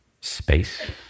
space